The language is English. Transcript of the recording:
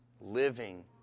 living